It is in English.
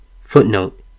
Footnote